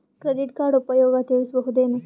Credit card ಉಪಯೋಗ ತಿಳಸಬಹುದೇನು?